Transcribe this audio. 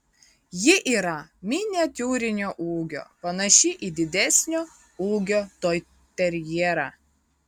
ji yra miniatiūrinio ūgio panaši į didesnio ūgio toiterjerą